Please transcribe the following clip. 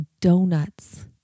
donuts